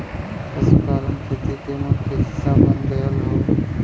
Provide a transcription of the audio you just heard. पशुपालन खेती के मुख्य हिस्सा बन गयल हौ